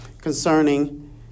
concerning